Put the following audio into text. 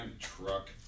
truck